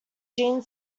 gene